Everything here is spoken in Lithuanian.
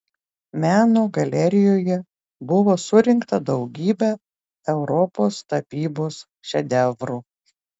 meno galerijoje buvo surinkta daugybė europos tapybos šedevrų